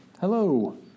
Hello